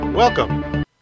Welcome